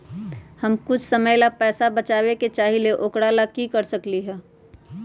हम कुछ समय ला पैसा बचाबे के चाहईले ओकरा ला की कर सकली ह?